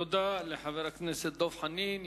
תודה לחבר הכנסת דב חנין.